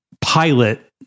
pilot